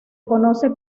conoce